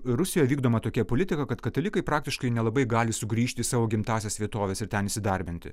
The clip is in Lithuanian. rusijoj vykdoma tokia politika kad katalikai praktiškai nelabai gali sugrįžti į savo gimtąsias vietoves ir ten įsidarbinti